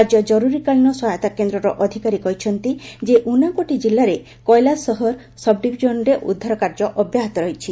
ରାଜ୍ୟ ଓ ଜର୍ରରୀକାଳୀନ ସହାୟତା କେନ୍ଦ୍ର ଅଧିକାରୀ କହିଛନ୍ତି ଯେ ଉନକୋଟି ଜିଲ୍ଲାରେ କେଲା ସହର ସବ୍ଡିଭିଜନରେ ଉଦ୍ଧାର କାର୍ଯ୍ୟ ଅବ୍ୟାହତ ରହିଛି